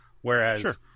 Whereas